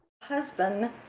Husband